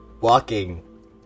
walking